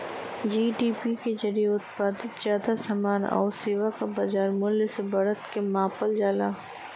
GDP के जरिये उत्पादित जादा समान आउर सेवा क बाजार मूल्य में बढ़त के मापल जाला